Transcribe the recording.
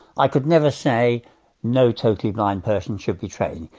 i could never say no totally blind person should be trained,